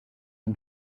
yng